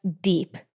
deep